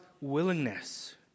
willingness